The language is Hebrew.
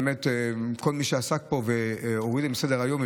כל מי שעסק פה והוריד את מסדר-היום,